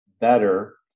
better